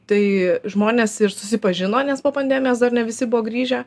tai žmonės ir susipažino nes pabandėm nes dar ne visi buvo grįžę